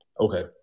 Okay